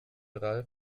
ralf